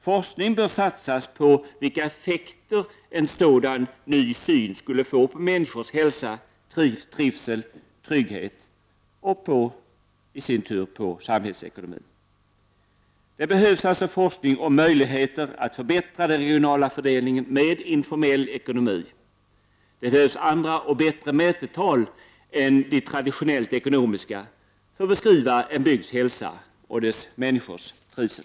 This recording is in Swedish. Forskning bör satsas på vilka effekter en sådan ny syn skulle få för människors hälsa, trivsel och trygghet och därmed i sin tur på samhällsekonomin. Det behövs alltså forskning om möjligheter att förbättra den regionala fördelningen med informell ekonomi. Det behövs andra och bättre mätetal än de traditionellt ekonomiska för att beskriva en bygds hälsa och dess människors trivsel.